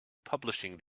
publishing